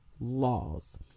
laws